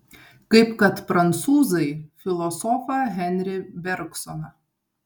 kaip kad prancūzai filosofą henri bergsoną